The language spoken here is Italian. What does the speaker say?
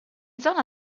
zona